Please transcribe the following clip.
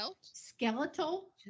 skeletal